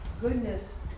goodness